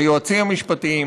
היועצים המשפטיים,